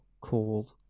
called